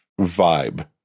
vibe